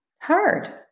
hard